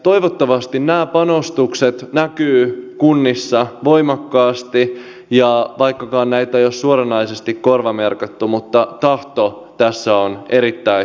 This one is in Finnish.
toivottavasti nämä panostukset näkyvät kunnissa voimakkaasti ja vaikkakaan näitä ei ole suoranaisesti korvamerkitty niin tahto tässä on erittäin hyvä